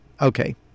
Okay